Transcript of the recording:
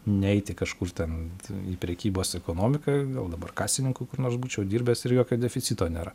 neiti kažkur ten į prekybos ekonomiką gal dabar kasininku kur nors būčiau dirbęs ir jokio deficito nėra